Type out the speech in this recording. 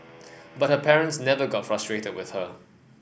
but her parents never got frustrated with her